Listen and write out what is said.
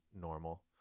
normal